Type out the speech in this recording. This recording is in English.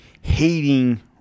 hating